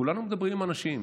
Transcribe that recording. כולנו מדברים עם אנשים.